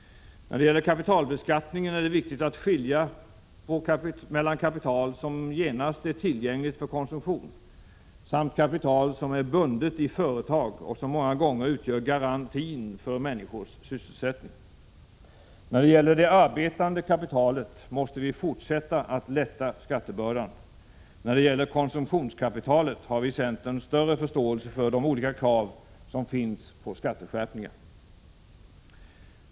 När det gäller kapitalbeskattningen är det viktigt att skilja mellan kapital som genast är tillgängligt för konsumtion och kapital som är bundet i företag och som många gånger utgör garantin för människors sysselsättning. När det gäller det arbetande kapitalet måste vi fortsätta att lätta skattebördan. När det gäller konsumtionskapitalet har vi i centern större förståelse för de olika kraven på skatteskärpningar.